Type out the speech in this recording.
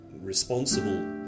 responsible